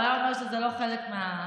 הוא היה אומר שזה לא חלק מהרפורמה.